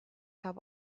have